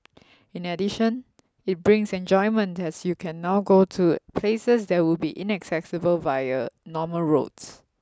in addition it brings enjoyment as you can now go to places that would be inaccessible via normal roads